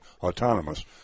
autonomous